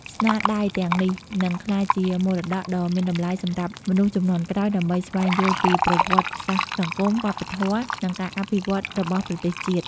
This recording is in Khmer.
ស្នាដៃទាំងនេះនឹងក្លាយជា មរតកដ៏មានតម្លៃសម្រាប់មនុស្សជំនាន់ក្រោយ ដើម្បីស្វែងយល់ពីប្រវត្តិសាស្ត្រសង្គម វប្បធម៌ និងការអភិវឌ្ឍន៍របស់ប្រទេសជាតិ។